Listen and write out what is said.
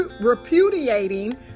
repudiating